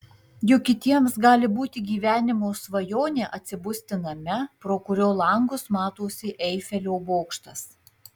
juk kitiems gali būti gyvenimo svajonė atsibusti name pro kurio langus matosi eifelio bokštas